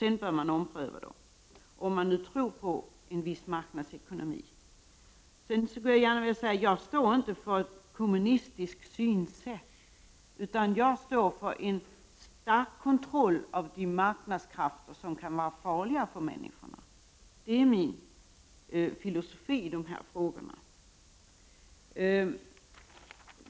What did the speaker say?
Sedan bör de omprövas, om man tror på en viss marknadsekonomi. Jag står inte för ett kommunistiskt synsätt, utan jag står för en stark kontroll av de marknadskrafter som kan vara farliga för människorna. Det är min filosofi i de här frågorna.